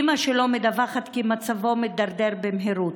אימא שלו מדווחת כי מצבו מידרדר במהירות,